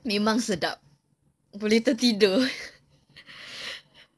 memang sedap boleh tertidur